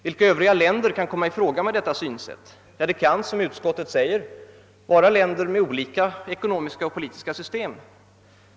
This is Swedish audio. Vilka övriga länder kan då komma i fråga med detta synsätt? Ja, det kan såsom utskottet skriver vara länder med olika ekonomiska och politiska system.